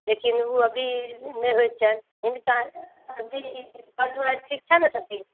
लेकिन ओ अभी नहि होइत छनि हिनका कहीँ घर द्वारि शिक्षामे पसीन छनि